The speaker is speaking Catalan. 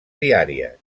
diàries